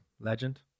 Legend